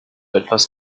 etwas